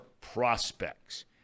prospects